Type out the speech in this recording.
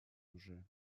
оружия